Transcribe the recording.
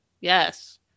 yes